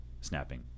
Snapping